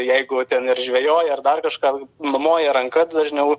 jeigu ten ir žvejoja ar dar kažką numoja ranka dažniau